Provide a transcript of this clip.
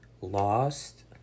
lost